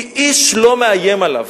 כי איש לא מאיים עליו.